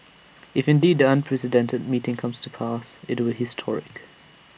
if indeed the unprecedented meeting comes to pass IT will historic